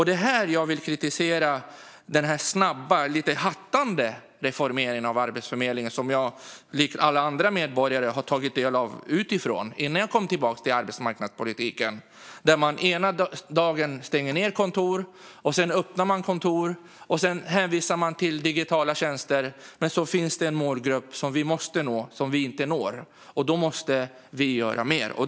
Det är här jag vill kritisera den snabba, lite hattande, reformeringen av Arbetsförmedlingen som jag likt alla andra medborgare har tagit del av utifrån innan jag kom tillbaka till arbetsmarknadspolitiken. Där stänger man ena dagen ned kontor och öppnar sedan kontor. Sedan hänvisar man till digitala tjänster. Men det finns en målgrupp som vi måste nå men som vi inte når. Då måste vi göra mer.